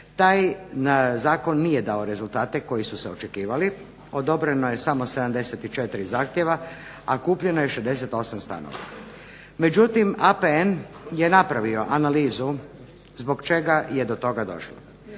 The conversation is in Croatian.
taj zakon nije dao rezultate koji su se očekivali, odobreno je samo 74 zahtjeva, a kupljeno je 68 stanova. Međutim, APN je napravio analizu zbog čega je do toga došlo.